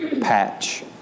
patch